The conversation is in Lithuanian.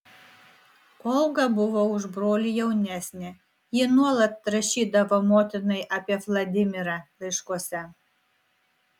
olga buvo už brolį jaunesnė ji nuolat rašydavo motinai apie vladimirą laiškuose